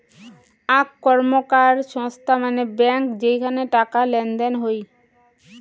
আক র্কমকার সংস্থা মানে ব্যাঙ্ক যেইখানে টাকা লেনদেন হই